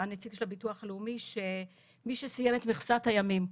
נציג הביטוח הלאומי לגבי מי שסיים את מכסת הימים: